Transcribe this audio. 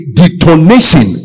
detonation